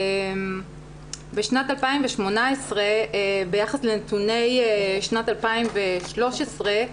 בשנת 2018 ביחס לנתוני שנת 2013,